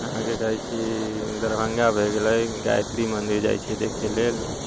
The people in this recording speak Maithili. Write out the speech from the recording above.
अहाँकेँ कहैत छी दरभङ्गा भए गेलै गायत्री मन्दिर जाइत छी देखै लेल